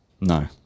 No